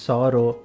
Sorrow